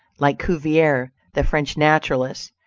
like cuvier, the french naturalist,